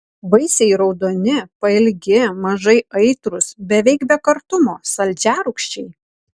vaisiai raudoni pailgi mažai aitrūs beveik be kartumo saldžiarūgščiai